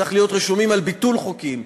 צריך להיות רשומים על ביטול חוקים.